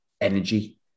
energy